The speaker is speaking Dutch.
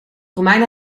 romeinen